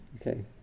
Okay